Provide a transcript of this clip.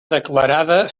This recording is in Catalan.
declarada